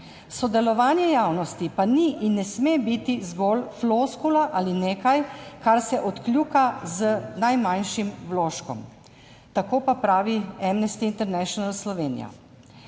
Sodelovanje javnosti pa ni in ne sme biti zgolj floskula ali nekaj, kar se odkljuka z najmanjšim vložkom. Tako pa pravi Amnesty International Slovenija.